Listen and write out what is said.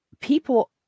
people